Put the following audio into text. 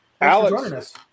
Alex